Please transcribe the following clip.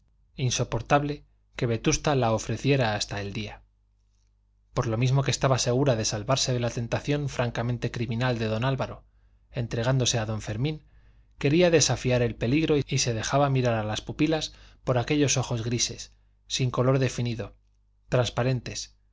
insoportable que vetusta la ofreciera hasta el día por lo mismo que estaba segura de salvarse de la tentación francamente criminal de don álvaro entregándose a don fermín quería desafiar el peligro y se dejaba mirar a las pupilas por aquellos ojos grises sin color definido transparentes